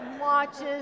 watches